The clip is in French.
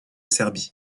serbie